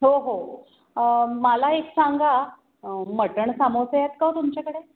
हो हो मला एक सांगा मटण सामोसे आहेत का ओ तुमच्याकडे